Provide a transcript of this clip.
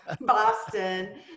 boston